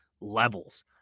levels